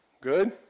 Good